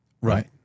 Right